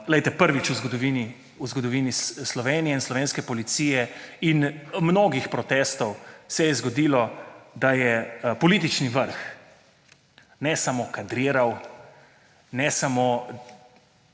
Prvič v zgodovini Slovenije in slovenske policije in mnogih protestov se je zgodilo, da je politični vrh ne samo kadroval, ne samo